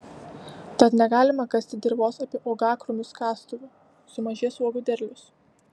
tad negalima kasti dirvos apie uogakrūmius kastuvu sumažės uogų derlius